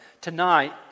Tonight